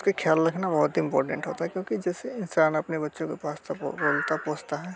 उसके ख़याल रखना बहुत ही इंपोर्टेंट होता है क्योंकि जैसे इंसान अपने बच्चों के पास पालता पोस्ता है